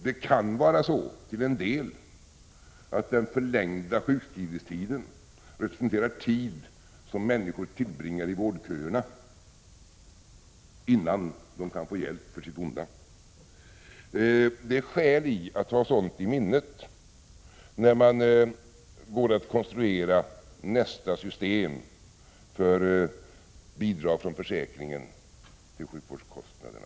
Det kan till en del vara så att den förlängda sjukskrivningstiden representerar tid som människor tillbringar i vårdköerna, innan de kan få hjälp för sitt onda. Det är skäl i att ha sådant i sitt minne när man går att konstruera nästa system för bidrag från försäkringen till sjukvårdskostnader.